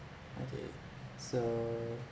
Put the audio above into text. okay so